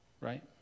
right